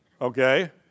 okay